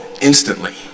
instantly